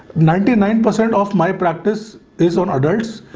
ninety nine percent of my practice is on ah adults.